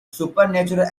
supernatural